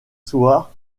soir